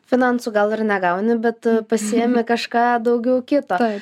finansų gal ir negauni bet pasiimi kažką daugiau kito